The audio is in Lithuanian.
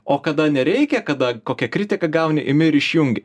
o kada nereikia kada kokią kritiką gauni imi ir išjungi